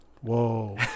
Whoa